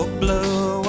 blue